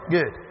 Good